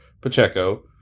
Pacheco